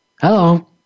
hello